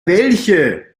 welche